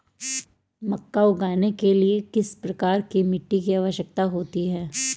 मक्का उगाने के लिए किस प्रकार की मिट्टी की आवश्यकता होती है?